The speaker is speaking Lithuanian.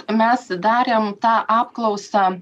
mes darėm tą apklausą